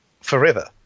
forever